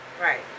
Right